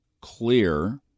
clear